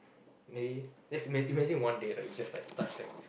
maybe let's imag~ imagine one day right you just like touch the